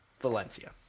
Valencia